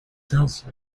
thus